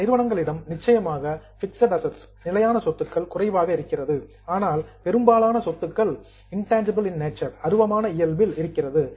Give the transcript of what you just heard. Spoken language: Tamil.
இந்த நிறுவனங்களிடம் நிச்சயமாக பிசிகல் அசட்ஸ் நிலையான சொத்துக்கள் குறைவாக இருக்கிறது ஆனால் பெரும்பாலான சொத்துக்கள் இன்டான்ஜிபிள் இன் நேச்சர் அருவமான இயல்பில் இருக்கிறது